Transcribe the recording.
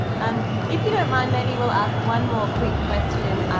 and if you don't mind, maybe we'll ask one more quick question,